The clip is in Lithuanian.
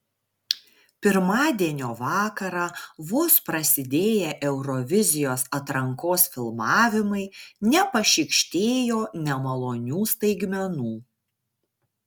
pirmadienio vakarą vos prasidėję eurovizijos atrankos filmavimai nepašykštėjo nemalonių staigmenų